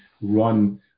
run